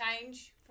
change